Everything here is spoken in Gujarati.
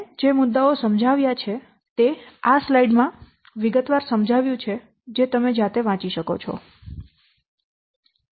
મેં જે મુદ્દાઓ સમજાવ્યા છે તે આ સ્લાઇડ્સ માં વિગતવાર સમજાવ્યું છે જે તમે જાતે વાંચી શકો છો